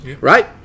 right